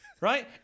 right